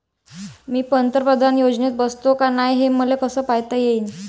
मी पंतप्रधान योजनेत बसतो का नाय, हे कस पायता येईन?